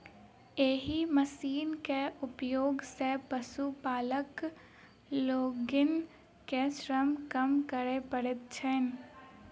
एहि मशीनक उपयोग सॅ पशुपालक लोकनि के श्रम कम करय पड़ैत छैन